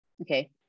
Okay